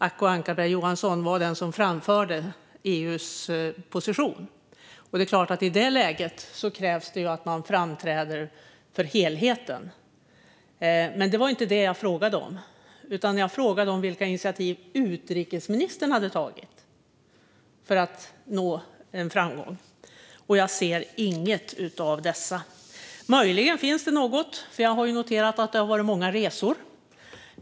Acko Ankarberg Johansson var den som framförde EU:s position, och i det läget krävs det såklart att man framträder för helheten. Men det var inte det jag frågade. Jag frågade vilka initiativ utrikesministern hade tagit för att nå framgång, och jag hör inget sådant. Möjligen finns det något, för jag har noterat att det varit många resor.